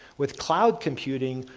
with cloud computing,